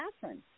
Catherine